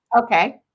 okay